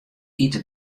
ite